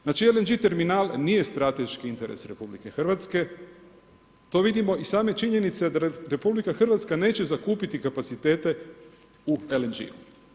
Znači LNG terminal nije strateški interes RH, to vidimo iz same činjenice da RH neće zakupiti kapacitete u LNG-u.